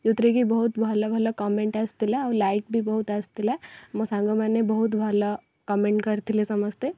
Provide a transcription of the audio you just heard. ଯେଉଁଥିରେ କି ବହୁତ ଭଲ ଭଲ କମେଣ୍ଟ୍ ଆସିଥିଲା ଆଉ ଲାଇକ ବି ବହୁତ ଆସିଥିଲା ମୋ ସାଙ୍ଗମାନେ ବହୁତ ଭଲ କମେଣ୍ଟ୍ କରିଥିଲେ ସମସ୍ତେ